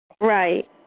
Right